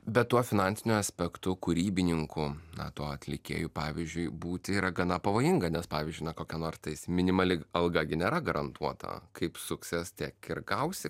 bet tuo finansiniu aspektu kūrybininkų na tuo atlikėju pavyzdžiui būti yra gana pavojinga nes pavyzdžiui na kokia nors tais minimali alga gi nėra garantuota kaip suksies tiek ir gausi